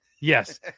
yes